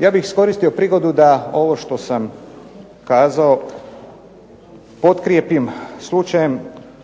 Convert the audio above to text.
Ja bih iskoristio prigodu da ovo što sam kazao potkrijepim slučajem